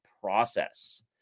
process